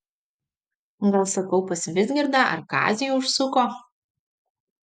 gal sakau pas vizgirdą ar kazį užsuko